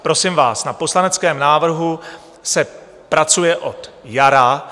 Prosím vás, na poslaneckém návrhu se pracuje od jara.